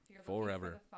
Forever